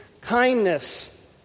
kindness